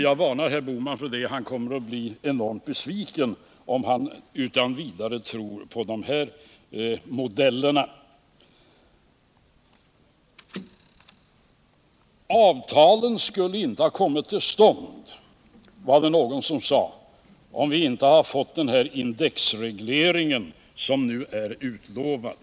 Jag varnar herr Bohman för detta — han kommer att bli enormt besviken, om han utan vidare tror på de modellerna. Avtalen skulle inte ha kommit till stånd, var det någon som sade, om vi inte hade fått den indexreglering som nu är utlovad.